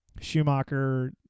Schumacher